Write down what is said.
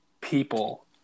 people